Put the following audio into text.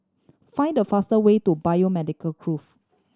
find the faster way to Biomedical Grove